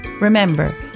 Remember